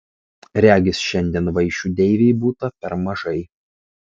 regis šiandien vaišių deivei būta per mažai